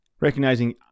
recognizing